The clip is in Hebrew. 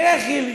תראה חיליק,